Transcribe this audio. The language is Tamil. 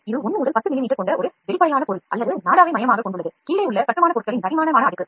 இது 1 முதல் 10 மில்லிமீட்டர் கொண்ட தடிமமான ஒரு வெளிப்படையான பொருள் அல்லது நாடாவை மையமாகக் கொண்டு செலுத்தப்படுகிறது